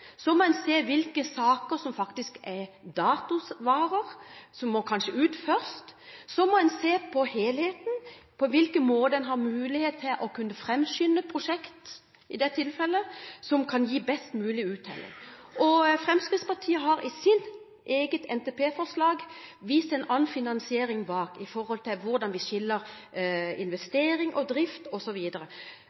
Så må en se hvilke saker som faktisk er datovarer, som kanskje må ut først. Så må en se på helheten, på hvilken måte en i tilfelle har mulighet til å kunne framskynde prosjekt som kan gi best mulig uttelling. Fremskrittspartiet har i sitt eget NTP-forslag vist en annen finansieringsmåte for hvordan man skiller investering og drift